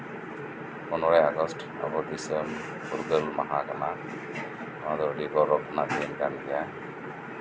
ᱯᱚᱱᱨᱚᱭ ᱟᱜᱚᱥᱴ ᱵᱷᱟᱨᱚᱛ ᱫᱤᱥᱚᱢ ᱯᱷᱩᱨᱜᱟᱹᱞ ᱢᱟᱦᱟ ᱠᱟᱱᱟ ᱱᱟᱣᱟ ᱫᱚ ᱟᱹᱰᱤ ᱜᱚᱨᱚᱵᱟᱱᱟᱜ ᱫᱤᱱ ᱠᱟᱱ ᱜᱮᱭᱟ